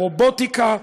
ברובוטיקה,